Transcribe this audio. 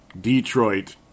Detroit